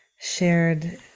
shared